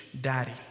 Daddy